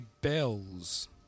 bells